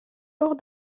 hors